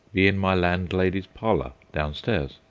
be in my landlady's parlour downstairs.